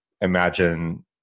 imagine